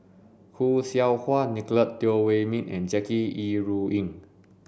Khoo Seow Hwa Nicolette Teo Wei Min and Jackie Yi Ru Ying